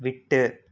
விட்டு